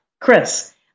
Chris